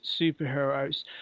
superheroes